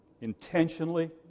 intentionally